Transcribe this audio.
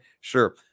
sure